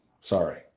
sorry